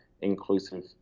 inclusive